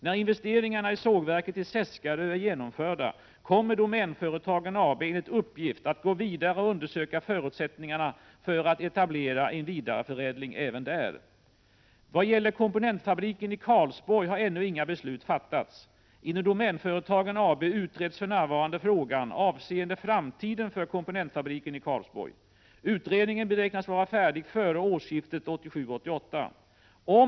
När investeringarna i sågverket i Seskarö är genomförda kommer Domänföretagen AB enligt uppgift att gå vidare och undersöka förutsättningarna för att etablera en vidareförädling även där. Vad gäller komponentfabriken i Karlsborg har ännu inga beslut fattats. Inom Domänföretagen AB utreds för närvarande frågan avseende framtiden för komponentfabriken i Karlsborg. Utredningen beräknas vara färdig före årsskiftet 1987-1988.